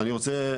אני רוצה,